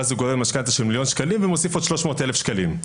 ואז הוא גורר משכנתה של מיליון שקלים ומוסיף עוד 300,000 שקלים.